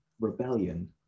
rebellion